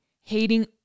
hating